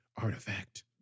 artifact